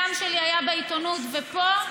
הדם שלי היה בעיתונות, ופה,